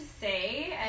say